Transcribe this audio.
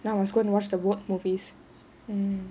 now I was going to watch the award movies